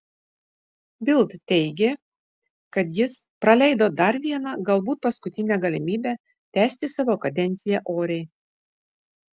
bild teigė kad jis praleido dar vieną galbūt paskutinę galimybę tęsti savo kadenciją oriai